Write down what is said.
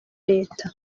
leta